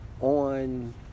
on